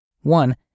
One